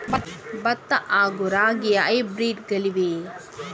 ಭತ್ತ ಹಾಗೂ ರಾಗಿಯ ಹೈಬ್ರಿಡ್ ಗಳಿವೆಯೇ?